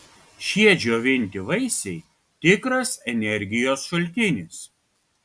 šie džiovinti vaisiai tikras energijos šaltinis